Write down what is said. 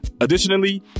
additionally